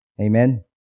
amen